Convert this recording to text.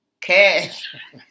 Cash